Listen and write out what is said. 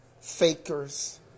fakers